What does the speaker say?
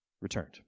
returned